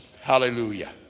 Hallelujah